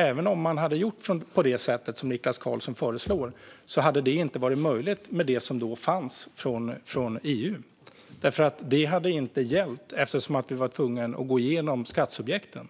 Även om man hade gjort på det sätt som Niklas Karlsson föreslår hade det alltså inte varit möjligt med det som fanns från EU. Det hade inte gällt, eftersom vi hade varit tvungna att gå igenom skattesubjekten.